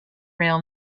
rail